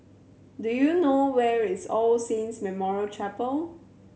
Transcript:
do you know where is All Saints Memorial Chapel